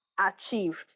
achieved